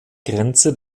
grenze